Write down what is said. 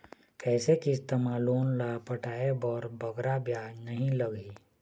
कइसे किस्त मा लोन ला पटाए बर बगरा ब्याज नहीं लगही?